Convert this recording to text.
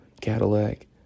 Cadillac